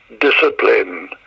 discipline